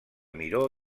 miró